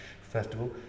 festival